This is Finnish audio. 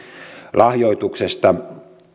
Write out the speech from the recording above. lahjoituksesta